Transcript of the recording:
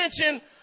attention